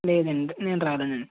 లేదండీ నేను రాలేను అండి